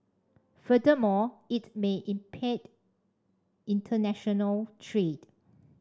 furthermore it may impede international trade